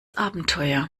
abenteuer